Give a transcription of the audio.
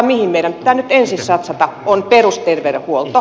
mihin meidän pitää nyt ensin satsata on perusterveydenhuolto